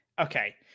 Okay